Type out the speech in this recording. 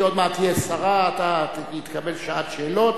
עוד מעט היא תהיה שרה, היא תקבל שעת שאלות,